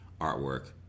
artwork